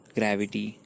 gravity